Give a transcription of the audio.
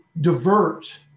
divert